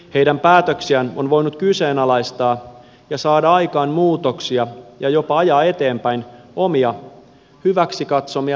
heidän päätöksiään on voinut kyseenalaistaa ja saada aikaan muutoksia ja jopa ajaa eteenpäin omia hyväksi katsomiaan asioita